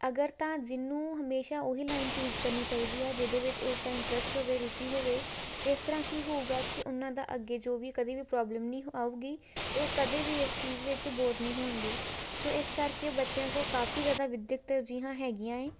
ਅਗਰ ਤਾਂ ਜਿਹਨੂੰ ਹਮੇਸ਼ਾ ਉਹੀ ਲਾਈਨ ਚੂਜ਼ ਕਰਨੀ ਚਾਹੀਦੀ ਆ ਜਿਹਦੇ ਵਿੱਚ ਉਸਦਾ ਇੰਟਰਸਟ ਹੋਵੇ ਰੁਚੀ ਹੋਵੇ ਇਸ ਤਰ੍ਹਾਂ ਕੀ ਹੋਊਗਾ ਕਿ ਉਹਨਾਂ ਦਾ ਅੱਗੇ ਜੋ ਵੀ ਕਦੀ ਵੀ ਪ੍ਰੋਬਲਮ ਨਹੀਂ ਆਊਗੀ ਅਤੇ ਉਹ ਕਦੇ ਵੀ ਇਸ ਚੀਜ਼ ਵਿੱਚ ਬੋਰ ਨਹੀਂ ਹੋਣਗੇ ਸੋ ਇਸ ਕਰਕੇ ਬੱਚਿਆਂ ਕੋਲ ਕਾਫੀ ਜ਼ਿਆਦਾ ਵਿੱਦਿਅਕ ਤਰਜੀਹਾਂ ਹੈਗੀਆਂ ਹੈ